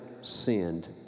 sinned